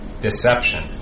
deception